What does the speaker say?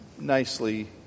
nicely